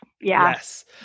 Yes